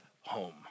home